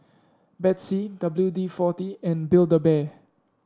Betsy W D forty and Build A Bear